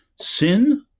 sin